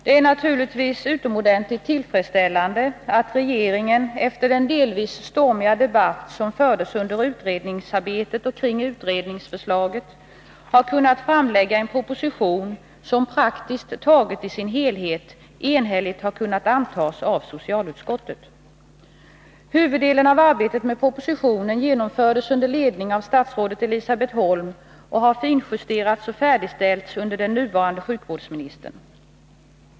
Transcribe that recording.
Det är naturligtvis utomordentligt tillfredsställande att regeringen, efter den delvis stormiga debatt som fördes under utredningsarbetet och kring utredningsförslaget, har kunnat framlägga en proposition som praktiskt taget i sin helhet enhälligt har kunnat antas av socialutskottet. Huvuddelen av arbetet med propositionen genomfördes under ledning av statsrådet Elisabeth Holm och har finjusterats och färdigställts under den nuvarande sjukvårdsministern.